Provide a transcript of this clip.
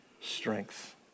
strength